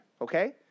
okay